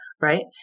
Right